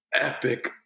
epic